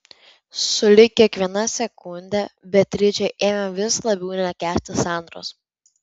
sulig kiekviena sekunde beatričė ėmė vis labiau nekęsti sandros